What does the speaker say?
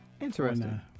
interesting